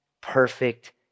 perfect